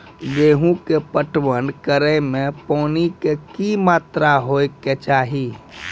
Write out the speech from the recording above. गेहूँ के पटवन करै मे पानी के कि मात्रा होय केचाही?